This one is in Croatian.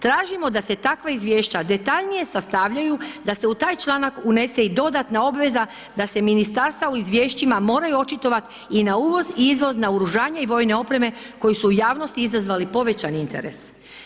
Tražimo da se takva izvješća detaljnije sastavljaju, da se u taj članak unese i dodatna obveza da se ministarstva u izvješćima moraju očitovati i na uvoz, izvoz, naoružanje vojne opreme koje su u jasnosti izazvale povećani interes.